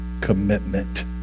commitment